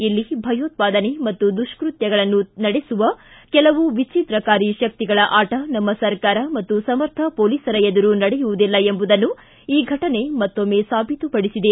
ಇಲ್ಲಿ ಭಯೋತ್ವಾದನೆ ಅಥವಾ ದುಷ್ಕತ್ಯಗಳನ್ನು ನಡೆಸುವ ಕೆಲವು ವಿಚ್ನಿದ್ರಕಾರಿ ಶಕ್ತಿಗಳ ಆಟ ನಮ್ಮ ಸರ್ಕಾರ ಮತ್ತು ಸಮರ್ಥ ಪೊಲೀಸರ ಎದುರು ನಡೆಯುವುದಿಲ್ಲ ಎಂಬುದನ್ನು ಈ ಘಟನೆ ಮತ್ತೊಮ್ಮೆ ಸಾಬೀತುಪಡಿಸಿದೆ